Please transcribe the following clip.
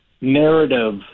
narrative